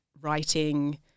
writing